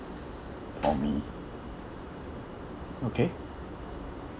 for me okay